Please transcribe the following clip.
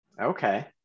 Okay